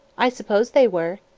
i suppose they were.